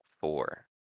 four